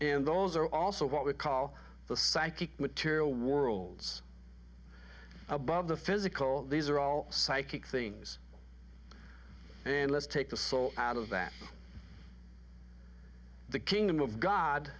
and those are also what we call the psychic material worlds above the physical these are all psychic things and let's take the soul out of that the kingdom of god